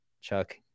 Chuck